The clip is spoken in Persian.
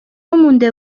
مونده